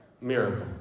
Miracle